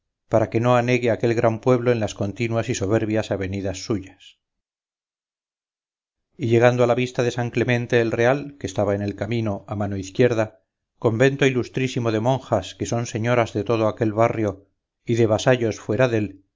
para que no anegue aquel gran pueblo en las continuas y soberbias avenidas suyas y llegando a vista de san clemente el real que estaba en el camino a mano izquierda convento ilustrísimo de monjas que son señoras de todo aquel barrio y de vasallos fuera dél